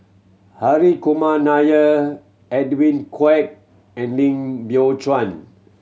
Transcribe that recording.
Hari Kumar Nair Edwin Koek and Lim Biow Chuan